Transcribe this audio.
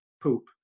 poop